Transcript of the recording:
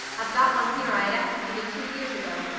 i've got one here i had executed two years ago,